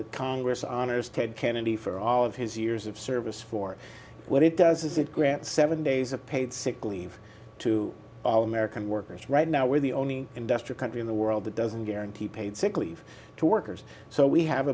that congress honors ted kennedy for all of his years of service for what it does is it grants seven days of paid sick leave to american workers right now we're the only investor country in the world that doesn't guarantee paid sick leave to workers so we have